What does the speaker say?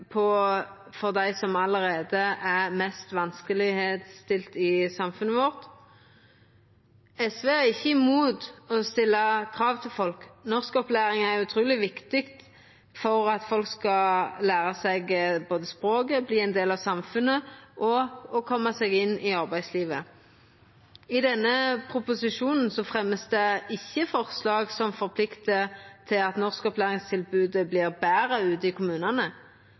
på for dei som allereie er blant dei mest vanskelegstilte i samfunnet vårt. SV er ikkje imot å stilla krav til folk. Norskopplæring er utruleg viktig for at folk både skal læra seg språket, verta ein del av samfunnet og koma seg inn i arbeidslivet. I denne proposisjonen vert det ikkje fremja forslag som forpliktar til at norskopplæringstilbodet vert betre ute i kommunane.